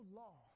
law